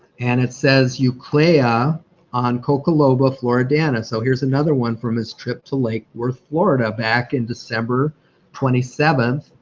and it says euclea on coccoloba floridana. so here's another one from his trip to lake worth, florida back in december twenty seven,